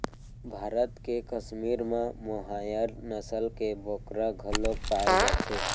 भारत के कस्मीर म मोहायर नसल के बोकरा घलोक पाए जाथे